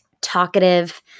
talkative